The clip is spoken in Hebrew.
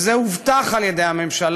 זה הובטח על ידי הממשלה,